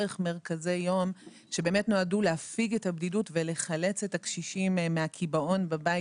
מרכזי יום שנועדו להפיג את הבדידות ולחלץ את הקשישים מהקיבעון בבית.